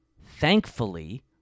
thankfully